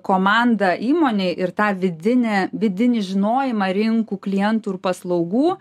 komandą įmonėj ir tą vidinę vidinį žinojimą rinkų klientų ir paslaugų